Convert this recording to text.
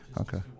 Okay